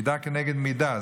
מידה כנגד מידה.